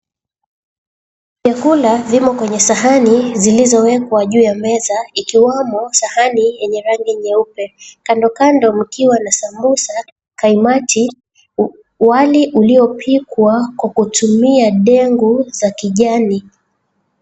Vyakula vimo kwenye sahani zilizowekwa juu ya meza ikiwemo sahani yenye rangi nyeupe, kando kando mkiwa na sambusa, kaimati, wali uliopikwa kwa kutumia dengu za kijani.